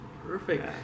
Perfect